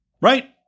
right